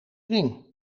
ring